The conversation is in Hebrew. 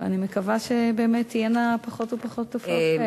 ואני מקווה שבאמת תהיינה פחות ופחות תופעות כאלה.